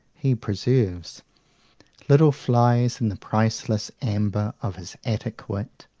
he preserves little flies in the priceless amber of his attic wit